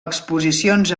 exposicions